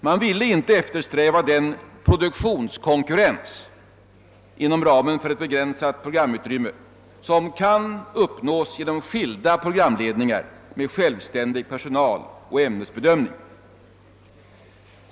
Man ville inte eftersträva en produktionskonkurrens inom ramen för ett begränsat programutrymme som kan uppnås genom två skilda programledningar med självständig personal och ämnesbedömning.